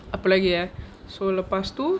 apa lagi eh so lepas tu